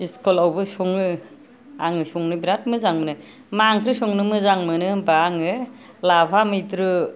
इस्कुलावबो सङो आङो संनो बिराद मोजां मोनो मा ओंख्रि संनो मोजां मोनो होनब्ला आङो लाफा मैद्रु